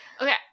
Okay